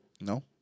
No